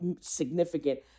significant